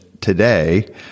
today